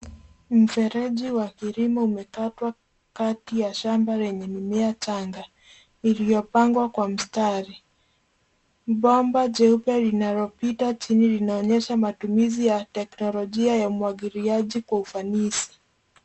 Mfereji wa kilimo umekatwa kati ya shamba lenye mimea changa iliyopangwa kwa mstari. Bomba jeupe linalopita chini linaonyesha matumizi ya teknolojia ya umwagiliaji kwa ufanisi.